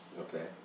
Okay